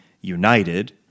united